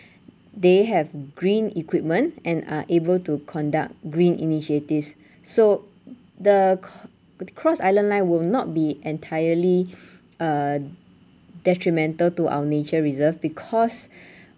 they have green equipment and are able to conduct green initiatives so the co~ the cross island line will not be entirely uh detrimental to our nature reserve because